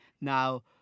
now